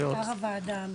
המחקר מופיע באתר הוועדה.